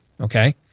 Okay